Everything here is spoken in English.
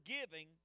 forgiving